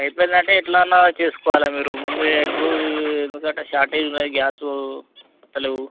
అయిపోయిందంటే ఎట్లా అన్నా చేసుకోవాలా మీరు ముందుగా ఇప్పుడు ఎందుకంటే షార్టేజ్ ఉన్నాయి గ్యాసు వస్తలేవు